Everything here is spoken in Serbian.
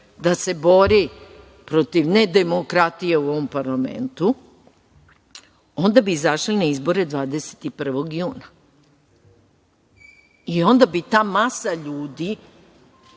da se bori protiv nedemokratije u ovom parlamentu, onda bi izašli na izbore 21. juna. I onda bi ta masa ljudi